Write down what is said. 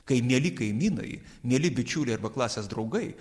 kai nelyg kaimynai mieli bičiuliai arba klasės draugai